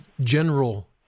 general